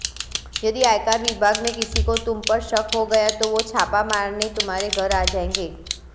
यदि आयकर विभाग में किसी को तुम पर शक हो गया तो वो छापा मारने तुम्हारे घर आ जाएंगे